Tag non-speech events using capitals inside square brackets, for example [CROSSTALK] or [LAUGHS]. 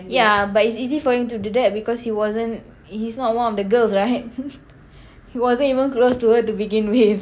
ya bubt it's easy for him to do that because he wasn't he's not one of the girls right [LAUGHS] he wasn't even close to her to begin with